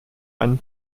einen